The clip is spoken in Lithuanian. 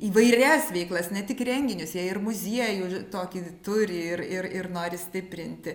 įvairias veiklas ne tik renginius jie ir muziejų tokį turi ir ir ir nori stiprinti